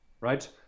right